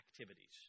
activities